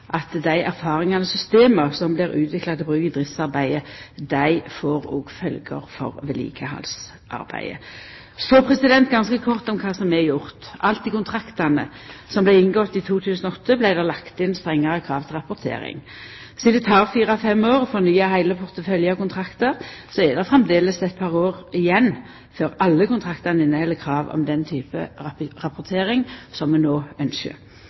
at dei erfaringane og systema som blir utvikla til bruk i driftsarbeidet, òg får følgjer for vedlikehaldsarbeidet. Så ganske kort om det som er gjort: Alt i kontraktane som vart inngått i 2008, vart det lagt inn strengare krav til rapportering. Sidan det tek fire–fem år å fornya heile porteføljen av kontraktar, er det framleis eit par år igjen før alle kontraktane inneheld krav om den typen rapportering som vi no